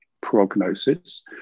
prognosis